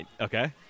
Okay